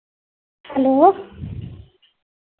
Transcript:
hello